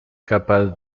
capaz